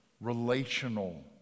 relational